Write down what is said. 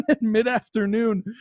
mid-afternoon